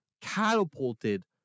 catapulted